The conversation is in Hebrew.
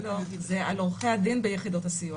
זה על עורכי הדין ביחידות הסיוע.